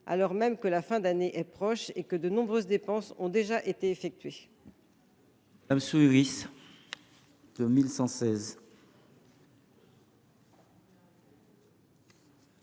alors même que la fin d’année est proche et que de nombreuses dépenses ont déjà été effectuées.